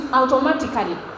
automatically